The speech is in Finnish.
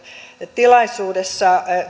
tilaisuudessa